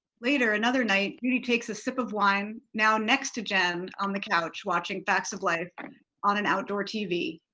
later another night judy takes a sip of wine now next to jen on the couch watching facts of life on a and outdoor tv.